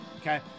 okay